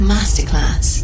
Masterclass